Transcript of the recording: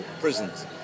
prisons